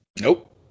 Nope